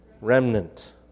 remnant